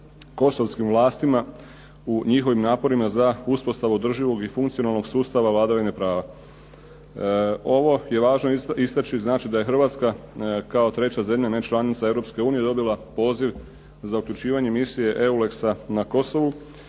kosovskim vlastima u njihovim naporima za uspostavu održivog i funkcionalnog sustava vladavine prava. Ovo je važno istaći da je Hrvatska kao treća zemlja nečlanica Europske unije dobila poziv za uključivanje misije EULEX-a na Kosovu